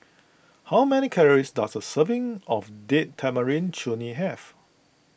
how many calories does a serving of Date Tamarind Chutney have